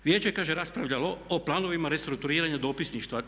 Vijeće je kaže raspravljalo o planovima restrukturiranja dopisništva.